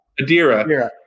Adira